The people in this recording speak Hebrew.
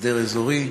הסדר אזורי,